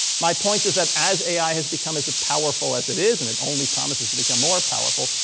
my point is that as ai has become as powerful as it is, and it's only promises to become more powerful,